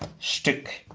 shtuck,